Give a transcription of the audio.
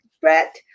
Brett